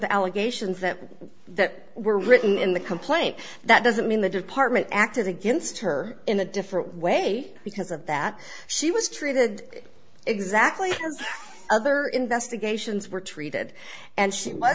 the allegations that were that were written in the complaint that doesn't mean the department acted against her in a different way because of that she was treated exactly as other investigations were treated and she was